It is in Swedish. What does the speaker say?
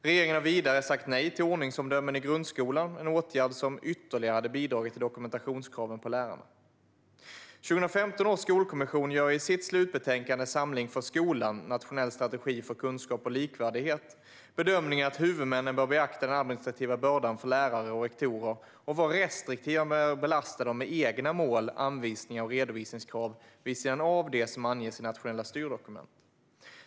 Regeringen har vidare sagt nej till ordningsomdömen i grundskolan - en åtgärd som ytterligare skulle ha bidragit till dokumentationskraven på lärarna. 2015 års skolkommission gör i sitt slutbetänkande Samling för skolan - Nationell strategi för kunskap och likvärdighet bedömningen att huvudmännen bör beakta den administrativa bördan för lärare och rektorer och vara restriktiva med att belasta dem med egna mål, anvisningar och redovisningskrav vid sidan av det som anges i nationella styrdokument.